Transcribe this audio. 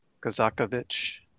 Kazakovich